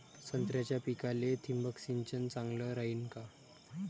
संत्र्याच्या पिकाले थिंबक सिंचन चांगलं रायीन का?